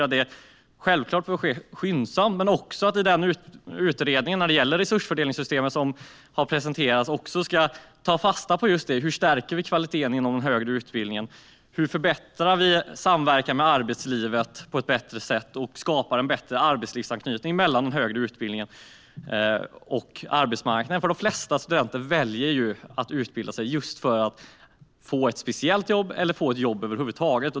Det är självklart att utredningen om resursfördelningssystemet som har presenterats ska ske skyndsamt och ta fasta på hur man stärker kvaliteten inom den högre utbildningen. Hur förbättrar man en samverkan med arbetslivet och skapar en större arbetslivsanknytning mellan den högre utbildningen och arbetsmarknaden? De flesta studenter väljer ju att utbilda sig för att få ett speciellt jobb eller för att få ett jobb över huvud taget.